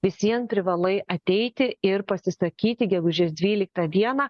vis vien privalai ateiti ir pasisakyti gegužės dvyliktą dieną